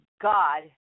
God